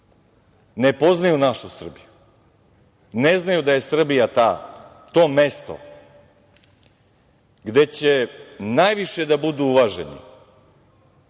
Ne poznaju našu Srbiju. Ne znaju da je Srbija to mesto gde će najviše da budu uvaženi